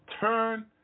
turn